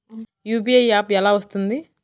UPI app ఎలా వస్తుంది?